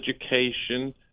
education